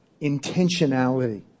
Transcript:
intentionality